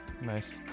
Nice